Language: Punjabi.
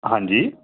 ਹਾਂਜੀ